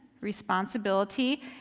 responsibility